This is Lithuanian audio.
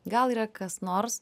gal yra kas nors